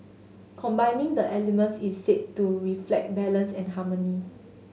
combining the elements is said to reflect balance and harmony